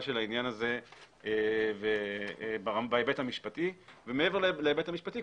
של העניין הזה בהיבט המשפטי ומעבר להיבט המשפטי,